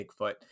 Bigfoot